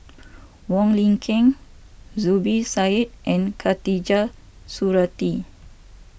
Wong Lin Ken Zubir Said and Khatijah Surattee